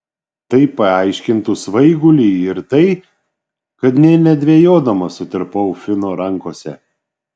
tai paaiškintų svaigulį ir tai kad nė nedvejodama sutirpau fino rankose